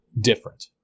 different